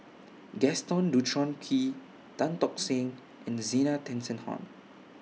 Gaston Dutronquoy Tan Tock Seng and Zena Tessensohn